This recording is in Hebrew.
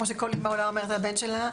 כפי שכל אמא אומרת על הבן שלה.